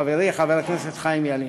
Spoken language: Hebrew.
חברי חבר הכנסת חיים ילין.